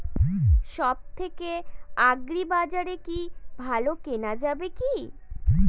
সব থেকে আগ্রিবাজারে কি ভালো কেনা যাবে কি?